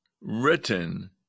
written